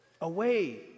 away